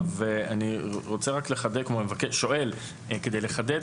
אני שואל כדי לחדד.